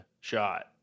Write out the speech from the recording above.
shot